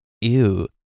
ew